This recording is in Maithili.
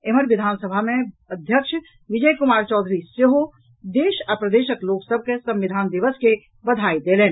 एम्हर विधान सभा मे अध्यक्ष विजय कुमार चौधरी सेहो देश आ प्रदेशक लोक सभ के संविधान दिवस के बधाई देलनि